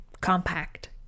Compact